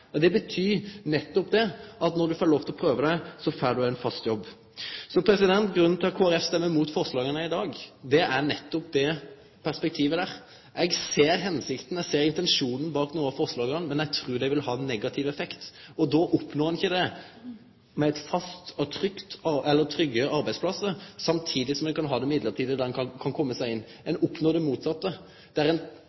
Det betyr nettopp det at når du får lov til å prøve deg, får du ein fast jobb. Grunnen til at Kristeleg Folkeparti stemmer mot forslaga i dag, er nettopp det perspektivet. Eg ser hensikta, eg seg intensjonen bak nokre av forslaga, men eg trur dei vil ha ein negativ effekt. Og då oppnår ein ikkje faste og trygge arbeidsplassar samstundes som ein kan ha midlertidige plassar der ein kan kome seg inn.